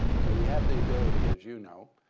so we have the ability, as you know,